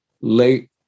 late